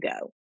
go